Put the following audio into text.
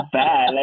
bad